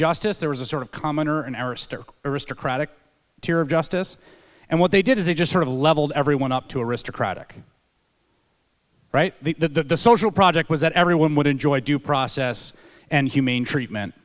justice there was a sort of common or an aristocratic tour of justice and what they did is they just sort of leveled everyone up to a wrister craddock right the social project was that everyone would enjoy due process and humane treatment